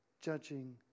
judging